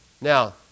Now